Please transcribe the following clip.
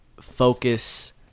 Focus